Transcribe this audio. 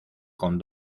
con